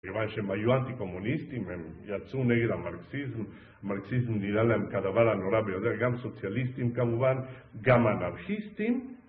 כיוון שהם היו אנטי-קומוניסטים, הם יצאו נגד המרקסיזם, מרקסיזם נראה להם כדבר הנורא ביותר, גם סוציאליסטים כמובן, גם אנרכיסטים.